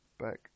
Back